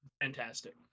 fantastic